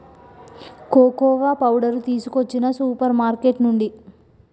cocoa powder తీసుకొచ్చిన supermarket నుండి